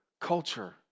culture